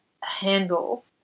handle